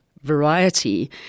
Variety